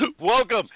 welcome